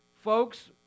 folks